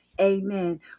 amen